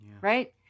right